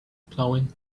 plowing